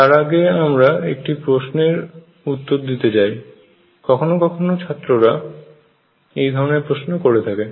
তার আগে আমরা একটি প্রশ্নের উত্তর দিতে চাই কখনো কখনো ছাত্ররা এই ধরনের প্রশ্ন করে থাকে